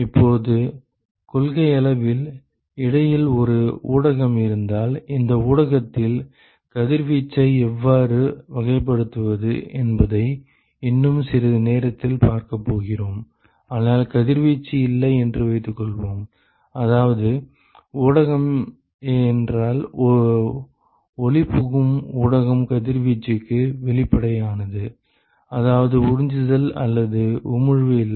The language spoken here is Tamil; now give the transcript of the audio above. இப்போது கொள்கையளவில் இடையில் ஒரு ஊடகம் இருந்தால் இந்த ஊடகத்தில் கதிர்வீச்சை எவ்வாறு வகைப்படுத்துவது என்பதை இன்னும் சிறிது நேரத்தில் பார்க்கப் போகிறோம் ஆனால் கதிர்வீச்சு இல்லை என்று வைத்துக்கொள்வோம் அதாவது ஊடகம் என்றால் ஒளி புகும் ஊடகம் கதிர்வீச்சுக்கு வெளிப்படையானது அதாவது உறிஞ்சுதல் அல்லது உமிழ்வு இல்லை